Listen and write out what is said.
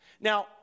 Now